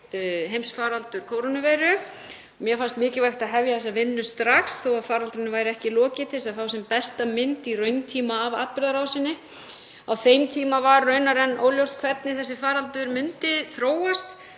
heimsfaraldur kórónuveiru. Mér fannst mikilvægt að hefja þessa vinnu strax þó að faraldrinum væri ekki lokið til að fá sem besta mynd í rauntíma af atburðarásinni. Á þeim tíma var raunar enn óljóst hvernig þessi faraldur myndi þróast